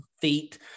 feet